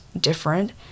different